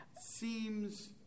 seems